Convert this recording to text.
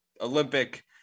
olympic